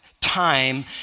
time